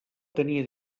tenia